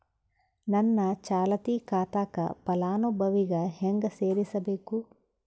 ನನ್ನ ಚಾಲತಿ ಖಾತಾಕ ಫಲಾನುಭವಿಗ ಹೆಂಗ್ ಸೇರಸಬೇಕು?